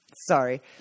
sorry